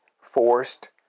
forced